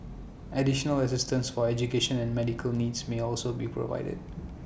additional assistance for education and medical needs may also be provided